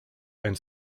and